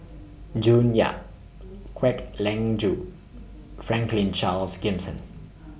June Yap Kwek Leng Joo Franklin Charles Gimson